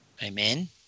amen